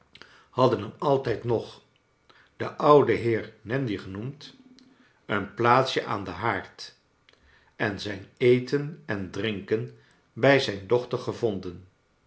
hadden hem altijd nog de oude heer nandy genoemd een plaatsje aan den haard en zijn eten en drinken bij zijn dochter gevonden